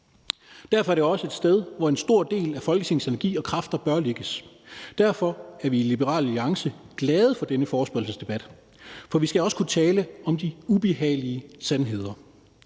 Derfor er det også et sted, hvor en stor del af Folketingets energi og kræfter bør lægges. Derfor er vi i Liberal Alliance glade for denne forespørgselsdebat, for vi skal også kunne tale om de ubehagelige sandheder,